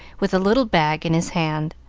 with a little bag in his hand.